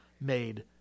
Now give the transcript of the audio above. made